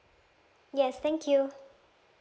yes thank you